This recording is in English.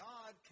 God